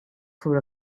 for